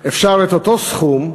אפשר את אותו סכום,